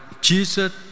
Jesus